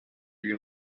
lui